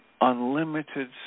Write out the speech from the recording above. unlimited